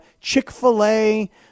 Chick-fil-A